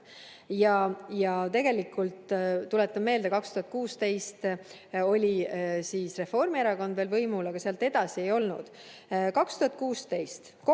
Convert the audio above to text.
Tegelikult tuletan meelde, et 2016 oli Reformierakond veel võimul, aga sealt edasi ei olnud. 2016